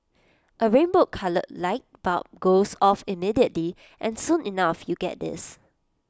A rainbow coloured light bulb goes off immediately and soon enough you get this